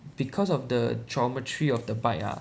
because of the geometry of the bike ah